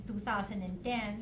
2010